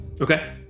Okay